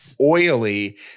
oily